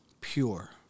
pure